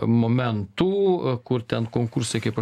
momentų kur ten konkursai kaip